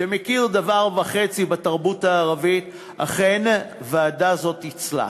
שמכיר דבר וחצי בתרבות הערבית, אכן ועדה זו תצלח.